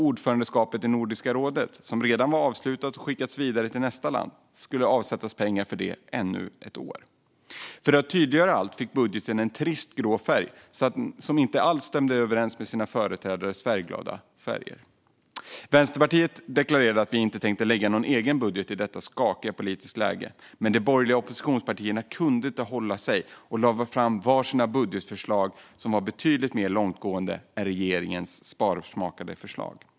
Ordförandeskapet i Nordiska rådet, som redan var avslutat och hade skickats vidare till nästa land, skulle det också avsättas pengar till för ännu ett år. För att tydliggöra allt detta fick budgeten en trist grå färg, som inte alls stämde överens med sina företrädares glada färger. Vänsterpartiet deklarerade att vi inte tänkte lägga fram någon egen budget i detta skakiga politiska läge. Men de borgerliga oppositionspartierna kunde inte hålla sig och lade fram var sitt budgetförslag som var betydligt mer långtgående än regeringens sparsmakade förslag.